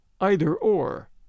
either-or